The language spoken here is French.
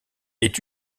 est